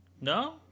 No